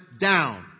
down